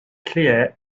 clear